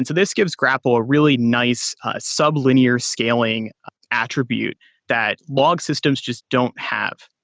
and this gives grapl a really nice sub-linear scaling attribute that log systems just don't have